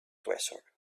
treasure